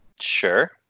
Sure